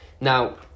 now